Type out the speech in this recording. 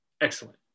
excellent